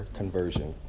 conversion